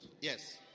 Yes